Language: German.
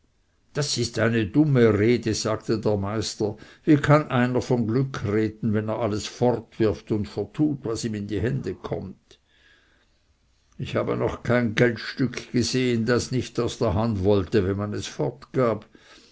das ist eine dumme red sagte der meister wie kann einer von glück reden wenn er alles fortwirft und vertut was ihm in die hände kömmt ich habe noch kein geldstück gesehen das nicht aus der hand wollte wenn man es